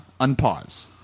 unpause